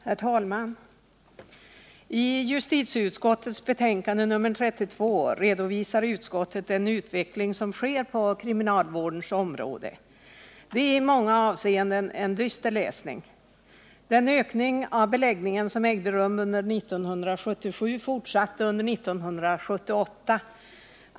Herr talman! I justitieutskottets betänkande nr 32 redovisar utskottet den utveckling som skett på kriminalvårdens område. Det är i många avseenden en dyster läsning. Den ökning av beläggningen som ägde rum under 1977 fortsatte under 1978.